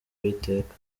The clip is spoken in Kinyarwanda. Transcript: uwiteka